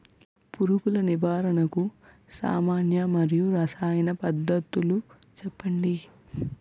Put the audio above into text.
పురుగుల నివారణకు సామాన్య మరియు రసాయన పద్దతులను చెప్పండి?